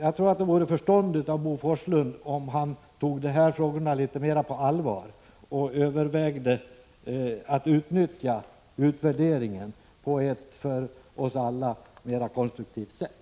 Jag tror att det vore förståndigt av Bo Forslund, om han tog de här frågorna litet mera på allvar och övervägde att utnyttja utvärderingen på ett för oss alla mera konstruktivt sätt.